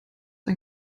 ein